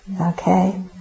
Okay